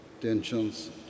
tensions